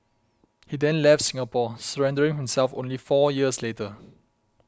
he then left Singapore surrendering himself only four years later